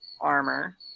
armor